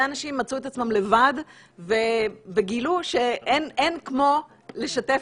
הרבה אנשים מצאו את עצמם לבד וגילו שאין כמו לשתף